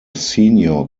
senior